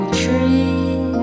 tree